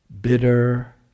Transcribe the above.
bitter